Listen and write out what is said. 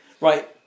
Right